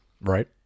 Right